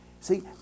See